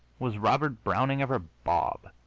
was robert browning ever bob?